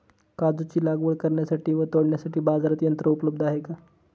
काजूची लागवड करण्यासाठी व तोडण्यासाठी बाजारात यंत्र उपलब्ध आहे का?